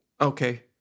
Okay